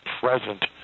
present